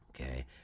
Okay